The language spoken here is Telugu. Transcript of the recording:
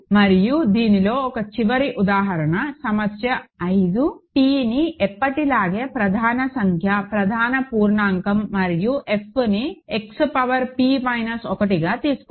మరియు దీనిలో ఒక చివరి ఉదాహరణ సమస్య 5 p ని ఎప్పటిలాగే ప్రధాన సంఖ్య ప్రధాన పూర్ణాంకం మరియు F ని X పవర్ p మైనస్ 1గా తీసుకోండి